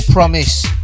Promise